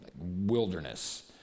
wilderness